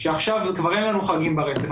שעכשיו אין לנו חגים ברצף,